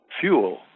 fuel